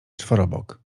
czworobok